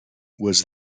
was